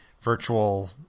virtual